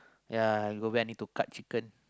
ya go back I need to cut chicken